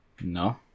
No